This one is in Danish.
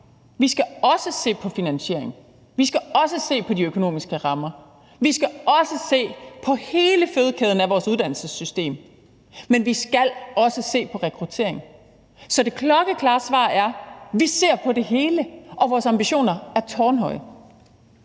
Vi skal selvfølgelig se på finansieringen, vi skal se på de økonomiske rammer, vi skal se på hele fødekæden i vores uddannelsessystem, men vi skal også se på rekrutteringen. Så det klokkeklare svar er: Vi ser på det hele, og vores ambitioner er tårnhøje.